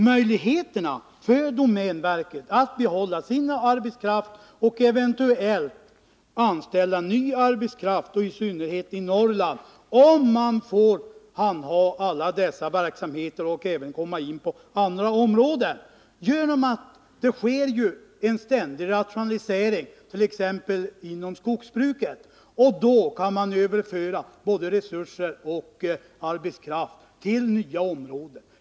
Möjligheterna för domänverket att behålla sin arbetskraft och eventuellt anställa ny arbetskraft. i synnerhet i Norrland, ökar ju om man få handha alla des mheter och även komma in på andra områden. Det sker en ständig rationalisering. t.ex. inom skogsbruket. Då kan man överföra både resurser och arbetskraft till nva områden.